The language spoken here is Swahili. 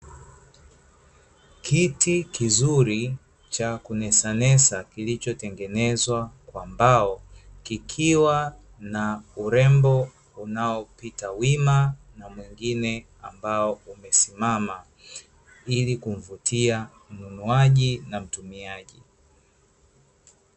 Kiti kizuri cha kunesanesa kilichotengenezwa kwa mbao, kikiwa na urembo unaopita wima na mwingine ambao umesimama, ili kumvutia mnunuaji na mtumiaji.